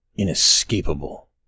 inescapable